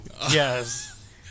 yes